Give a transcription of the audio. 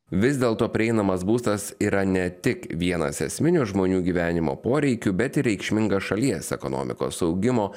vis dėlto prieinamas būstas yra ne tik vienas esminių žmonių gyvenimo poreikių bet ir reikšmingas šalies ekonomikos augimo